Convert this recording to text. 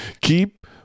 Keep